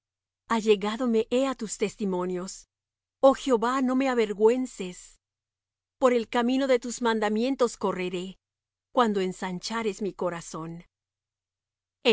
allegádome he á tus testimonios oh jehová no me avergüences por el camino de tus mandamientos correré cuando ensanchares mi corazón